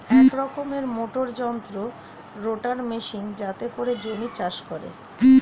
এক রকমের মোটর যন্ত্র রোটার মেশিন যাতে করে জমি চাষ করে